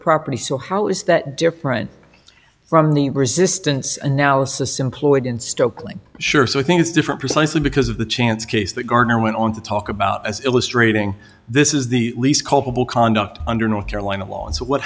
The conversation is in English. property so how is that different from the resistance an analysis employed in stokely sure so i think it's different precisely because of the chance case that garner went on to talk about as illustrating this is the least culpable conduct under north carolina law and what